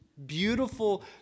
beautiful